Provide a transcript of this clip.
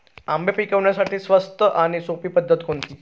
आंबे पिकवण्यासाठी स्वस्त आणि सोपी पद्धत कोणती?